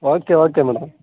okay okay madam